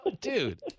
Dude